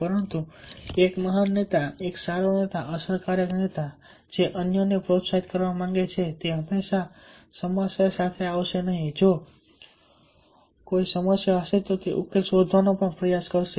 પરંતુ એક મહાન નેતા એક સારો નેતા અસરકારક નેતા જે અન્યને પ્રોત્સાહિત કરવા માંગે છે તે હંમેશા સમસ્યા સાથે આવશે નહીં જો કોઈ સમસ્યા હશે તો તે ઉકેલ શોધવાનો પણ પ્રયાસ કરશે